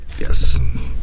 Yes